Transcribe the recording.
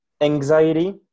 anxiety